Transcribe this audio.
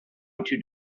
into